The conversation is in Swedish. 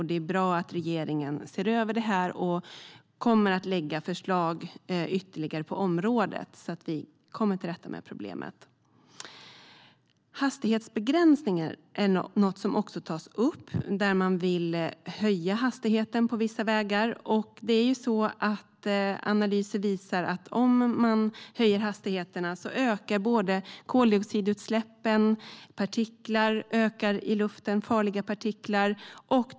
Det är bra att regeringen ser över detta och att den kommer att lägga fram ytterligare förslag på området så att vi kommer till rätta med problemet. Hastighetsbegränsningar tas också upp, och man vill höja hastigheten på vissa vägar. Analyser visar att om man höjer hastigheterna ökar koldioxidutsläppen, och antalet farliga partiklar i luften ökar.